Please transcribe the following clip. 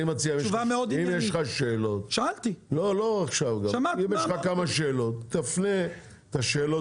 אני מציע שאם יש לך שאלות תפנה את השאלות